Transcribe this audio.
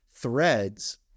threads